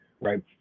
right